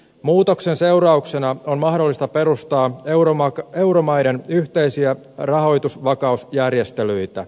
muutoksen seurauksena on mahdollista perustaa euromaiden yhteisiä rahoitusvakausjärjestelyitä